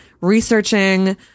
researching